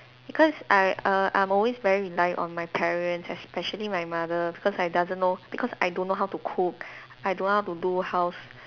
because I err I'm always very reliant on my parents especially my mother because I doesn't know because I don't how to cook I don't know how to do house